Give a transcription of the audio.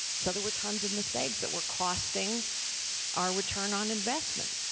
so there were tons of mistakes that were costing our return on investment.